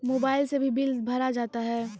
Mobile से भी bill भरा जाता हैं?